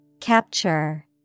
Capture